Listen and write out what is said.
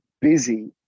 busy